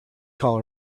call